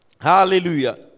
Hallelujah